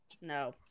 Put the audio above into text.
No